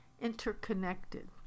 interconnected